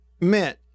meant